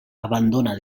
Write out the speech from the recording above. abandona